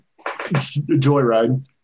joyride